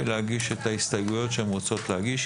להגיש את ההסתייגויות שהן רוצות להגיש,